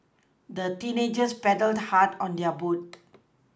the teenagers paddled hard on their boat